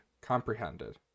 Comprehended